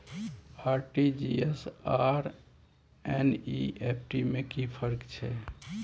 RTG S आर NEFT में कि फर्क छै?